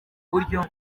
buryo